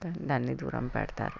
దాన్ని దూరం పెడతారు